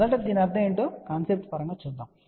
మొదట దీని అర్థం ఏమిటో కాన్సెప్ట్ పరంగా చూద్దాం